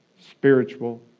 spiritual